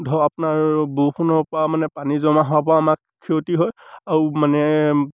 ধৰক আপোনাৰ বৰষুণৰপৰা মানে পানী জমা হোৱাৰপৰা আমাক ক্ষতি হয় আৰু মানে